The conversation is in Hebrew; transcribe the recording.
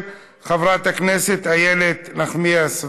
של חברת הכנסת איילת נחמיאס ורבין.